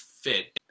fit